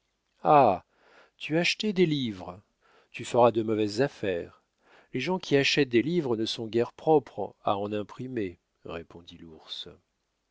ah tu achetais des livres tu feras de mauvaises affaires les gens qui achètent des livres ne sont guère propres à en imprimer répondit l'ours